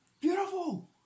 Beautiful